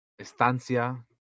Estancia